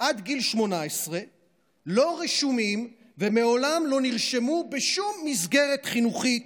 עד גיל 18 לא רשומים ומעולם לא נרשמו בשום מסגרת חינוכית,